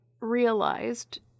realized